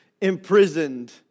Imprisoned